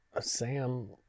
Sam